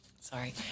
sorry